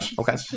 Okay